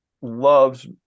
loves